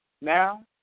Now